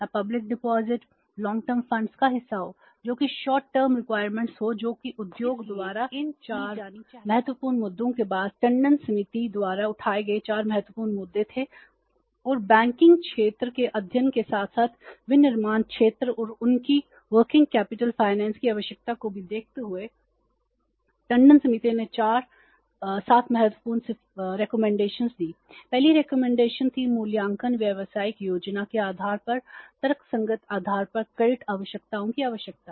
इसलिए इन 4 महत्वपूर्ण मुद्दों के बाद टंडन समिति द्वारा उठाए गए चार महत्वपूर्ण मुद्दे थे और बैंकिंग क्षेत्र के अध्ययन के साथ साथ विनिर्माण क्षेत्र और उनकी वर्किंग कैपिटल फाइनेंस की आवश्यकता को भी देखते हुए टंडन समिति ने चार सात महत्वपूर्ण सिफारिशें दीं पहली सिफारिश थी मूल्यांकन व्यावसायिक योजना के आधार पर तर्कसंगत आधार पर क्रेडिट आवश्यकताओं की आवश्यकता